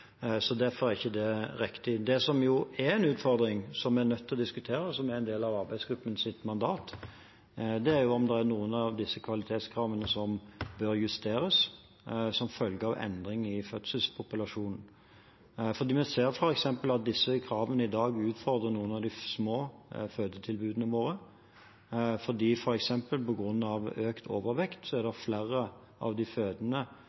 Derfor er ikke det riktig. Det som jo er en utfordring, som vi er nødt til å diskutere, og som er en del av arbeidsgruppens mandat, er om det er noen av disse kvalitetskravene som bør justeres som følge av endring i fødselspopulasjon. Vi ser at disse kravene i dag vil utfordre noen av de små fødetilbudene våre – f.eks. er det flere av de fødende som på grunn av økt overvekt får beskjed om at de